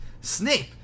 Snape